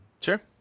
sure